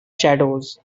shadows